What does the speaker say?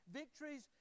victories